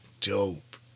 dope